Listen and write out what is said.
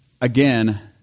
again